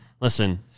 Listen